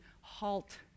halt